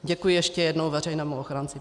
Děkuji ještě jednou veřejnému ochránci práv.